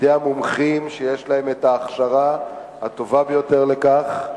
מידי המומחים שיש להם ההכשרה הטובה ביותר לכך,